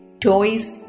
toys